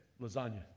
lasagna